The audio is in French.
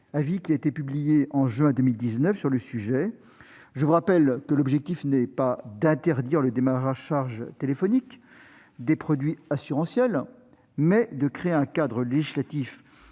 financier publié en novembre 2019 sur le sujet. Je vous rappelle que l'objectif n'est pas d'interdire le démarchage téléphonique des produits assurantiels, mais de créer un cadre législatif